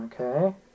Okay